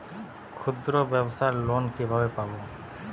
ক্ষুদ্রব্যাবসার লোন কিভাবে পাব?